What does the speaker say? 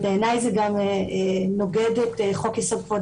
בעיניי זה גם נוגד את חוק יסוד: כבוד